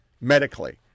Medically